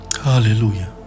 Hallelujah